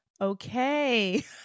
Okay